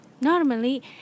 Normally